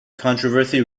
controversy